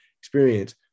experience